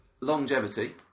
Longevity